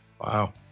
wow